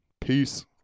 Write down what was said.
Peace